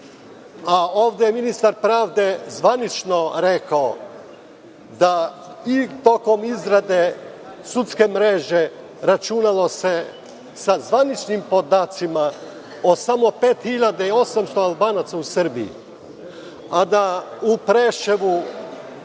je ministar pravde zvanično rekao da i tokom izrade sudske mreže računalo se, sa zvaničnim podacima, od samo 5.800 Albanaca u Srbiji, da u Preševu